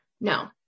No